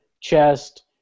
chest